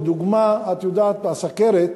לדוגמה, את יודעת, הסוכרת,